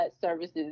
services